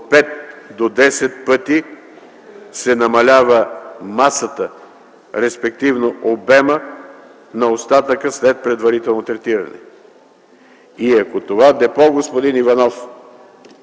5 до 10 пъти се намалява масата, респективно обемът на остатъка след предварително третиране. И ако в това депо, господин Иванов,